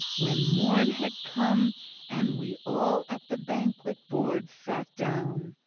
when morn had come and we all at the banquet-board sat down.